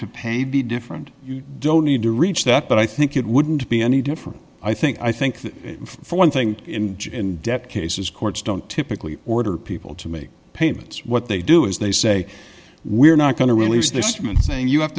to pay be different you don't need to reach that but i think it wouldn't be any different i think i think that for one thing in debt cases courts don't typically order people to make payments what they do is they say we're not going to release th